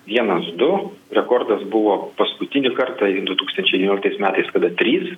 vienas du rekordas buvo paskutinį kartą du tūkstančiai devynioliktais metais kada trys